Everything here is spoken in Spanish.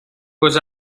pues